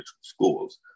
schools